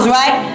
right